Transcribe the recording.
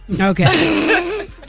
okay